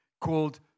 called